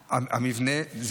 המבנה,